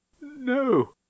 no